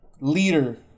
leader